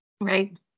Right